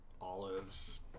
olives